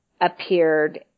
appeared